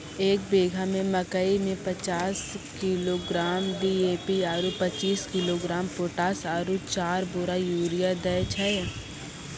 एक बीघा मे मकई मे पचास किलोग्राम डी.ए.पी आरु पचीस किलोग्राम पोटास आरु चार बोरा यूरिया दैय छैय?